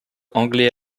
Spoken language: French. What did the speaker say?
anglais